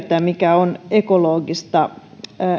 mahdollistaa etätyötä mikä on ekologista